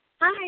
Hi